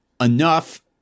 enough